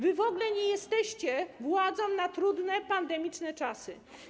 Wy w ogóle nie jesteście władzą na trudne pandemiczne czasy.